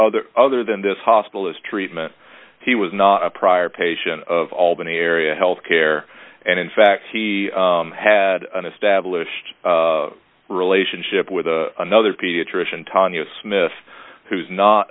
other other than this hospital is treatment he was not a prior patient of albany area health care and in fact he had an established relationship with another pediatrician tanya smith who's not